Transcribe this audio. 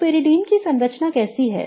तो pyridine की संरचना कैसी है